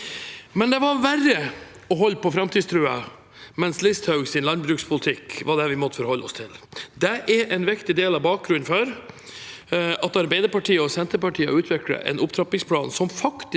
Men det var verre å holde på framtidstroen mens Listhaugs landbrukspolitikk var det vi måtte forholde oss til. Dette er en viktig del av bakgrunnen for at Arbeiderpartiet og Senterpartiet har utviklet en opptrappingsplan som faktisk